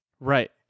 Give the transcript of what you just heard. right